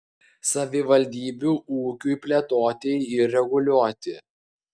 savivaldybių ūkiui plėtoti ir reguliuoti